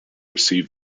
receive